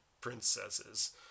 princesses